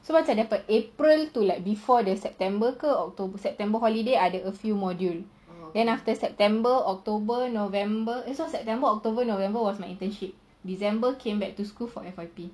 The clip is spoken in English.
so macam daripada april to like before the september october september holiday I take a few module then after september october november is so september october november was my internship december came back to school for F_Y_P